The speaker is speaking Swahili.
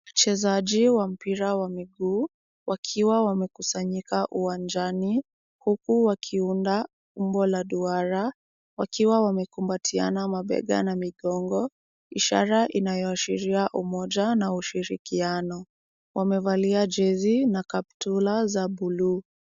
Wachezaji wa mpira wa miguu wakiwa wamekusanyika uwanjani huku wakiunda umbo la duara wakiwa wamekumbatiana mabega na migongo ishara inayo ashiria umoja na ushirikiano. Wamevalia jezi na kaptula za buluu.